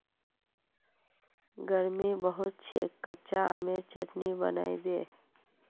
गर्मी बहुत छेक कच्चा आमेर चटनी बनइ दे